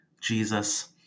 jesus